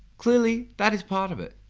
clearly, that is part of it.